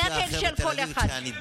נכד של כל אחד.